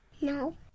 No